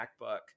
MacBook